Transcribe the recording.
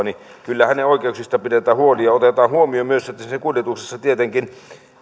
niin kyllä hänen oikeuksistaan pidetään huoli ja otetaan huomioon myös se että kuljetuksessa